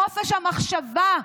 חופש המחשבה,